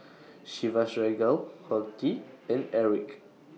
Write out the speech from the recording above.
Chivas Regal Horti and Airwick